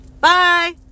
Bye